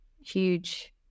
huge